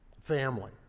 family